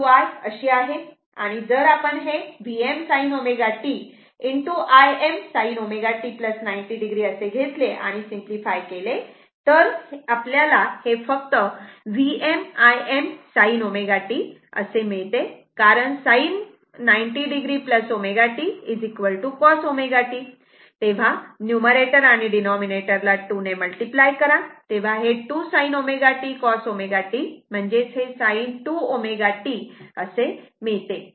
जर आपण हे Vm sin ω t Im sin ω t 90 o असे घेतले आणि सिम्पली फाय केले तर आपल्याला हे फक्त Vm Im sin ω t असे मिळते कारण sin 90 o ω t cos ωt तेव्हा न्यूमॅरेटर आणि डिनॉमिनेटर ला 2 मल्टिप्लाय करा तेव्हा हे 2 sin ω t cos ω t sin 2 ω t असे मिळते